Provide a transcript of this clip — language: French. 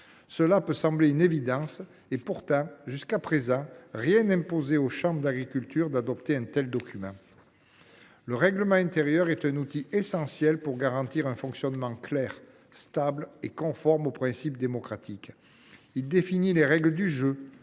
Cela peut sembler une évidence. Pourtant, jusqu’à présent, rien n’imposait aux chambres d’agriculture d’adopter un tel document. Le règlement intérieur est un outil essentiel pour garantir un fonctionnement clair, stable et conforme aux principes démocratiques. Il définit les règles du jeu,